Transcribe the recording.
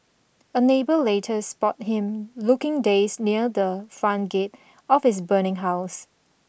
a neighbour later spot him looking dazed near the front gate of his burning house